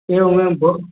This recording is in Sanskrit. एवमेवं भोः